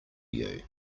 you